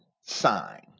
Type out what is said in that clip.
sign